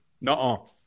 no